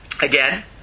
again